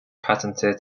patented